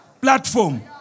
platform